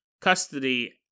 custody